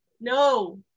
no